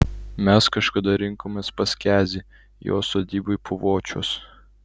mes kažkada rinkomės pas kezį jo sodyboj puvočiuos